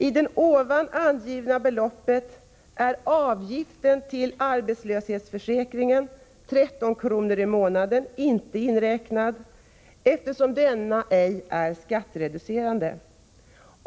I det ovan angivna beloppet är avgiften till arbetslöshetsförsäkringen, 13 kr. i månaden, inte inräknad, eftersom denna inte är skattereducerande.